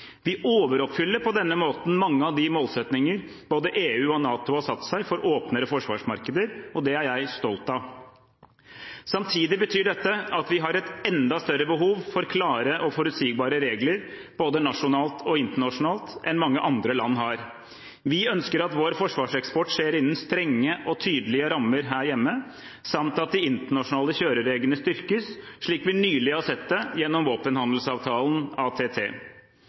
Vi overoppfyller på denne måten mange av de målsettinger både EU og NATO har satt seg for åpnere forsvarsmarkeder. Det er jeg stolt av. Samtidig betyr dette at vi har et enda større behov for klare og forutsigbare regler, både nasjonalt og internasjonalt, enn mange andre land har. Vi ønsker at vår forsvarseksport skjer innen strenge og tydelige rammer her hjemme, samt at de internasjonale kjørereglene styrkes, slik vi nylig har sett det gjennom våpenhandelsavtalen ATT.